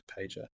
pager